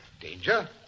Danger